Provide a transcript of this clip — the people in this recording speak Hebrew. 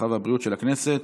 הרווחה והבריאות של הכנסת.